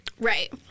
Right